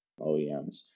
OEMs